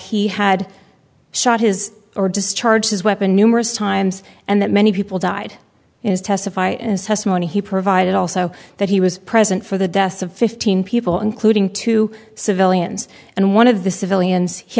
he had shot his or discharged his weapon numerous times and that many people died in his testify as testimony he provided also that he was present for the deaths of fifteen people including two civilians and one of the civilians he